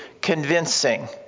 convincing